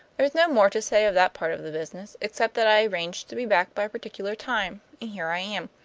there's no more to say of that part of the business, except that i arranged to be back by a particular time and here i am.